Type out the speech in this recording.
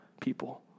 people